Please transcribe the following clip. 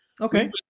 Okay